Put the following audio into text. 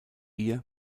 ihr